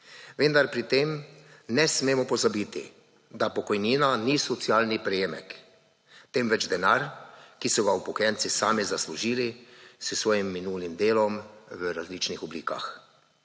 vendar pri tem ne smemo pozabiti, da pokojnina ni socialni prejemek temveč denar, ki so ga upokojenci sami zaslužili s svojim minulim delom v različnih oblikah,